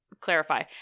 clarify